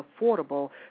affordable